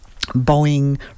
Boeing